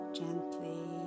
gently